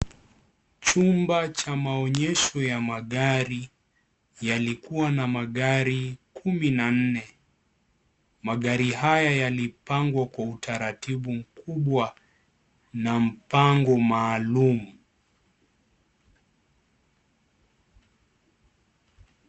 Chumba cha maonyesho ya magari, yalikuwa na magari kumi na nne. Magari haya yalipangwa kwa utaratibu mkubwa na mpango maalum.